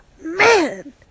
man